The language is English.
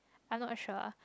I not sure